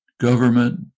government